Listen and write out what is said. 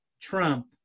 Trump